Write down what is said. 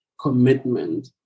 commitment